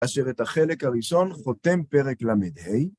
אשר את החלק הראשון חותם פרק ל"ה.